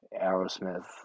Aerosmith